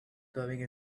going